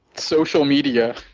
social media.